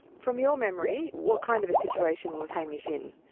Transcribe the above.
from your memory, what kind of a situation was hamish in?